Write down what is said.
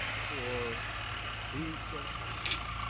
for being so obvious.